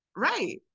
right